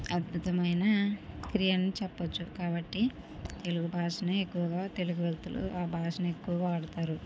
అద్భుతమైన క్రియ అని చెప్పవచ్చు కాబట్టి తెలుగు భాషను ఎక్కువగా తెలుగు వ్యక్తులు ఆ భాషని ఎక్కువ వాడుతారు